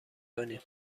کنیم